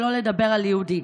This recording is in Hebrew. שלא לדבר על יהודי.